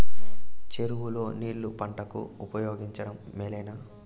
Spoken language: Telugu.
చెరువు లో నీళ్లు పంటలకు ఉపయోగించడం మేలేనా?